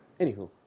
Anywho